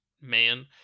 man